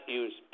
use